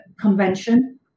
convention